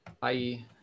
Bye